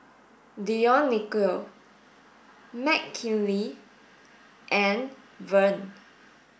Dionicio Mckinley and Vern